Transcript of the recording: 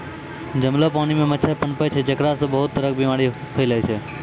जमलो पानी मॅ मच्छर पनपै छै जेकरा सॅ बहुत तरह के बीमारी फैलै छै